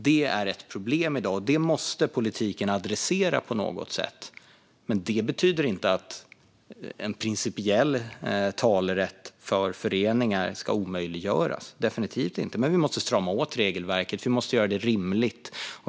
Det är ett problem i dag, och det måste politiken adressera på något sätt. Det betyder dock inte att en principiell talerätt för föreningar ska omöjliggöras - definitivt inte - men vi måste strama åt regelverket och göra det rimligt.